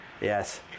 Yes